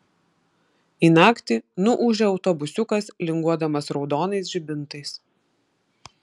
į naktį nuūžia autobusiukas linguodamas raudonais žibintais